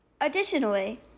Additionally